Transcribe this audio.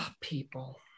people